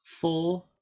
four